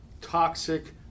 toxic